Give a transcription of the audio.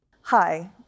Hi